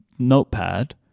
notepad